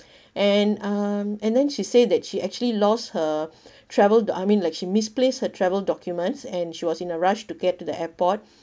and um and then she say that she actually lost her travel do~ I mean like she misplaced her travel documents and she was in a rush to get to the airport